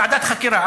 ועדת חקירה,